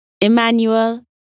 Emmanuel